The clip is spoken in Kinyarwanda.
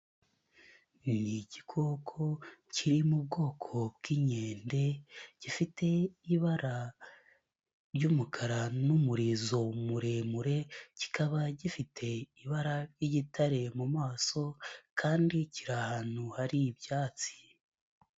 Ni igikoko kiri mu bwoko bw'inkende, gifite ibara ry'umukara n'umurizo muremure, kikaba gifite ibara ry'igitare mu maso kandi kiri ahantu hari ibyatsi.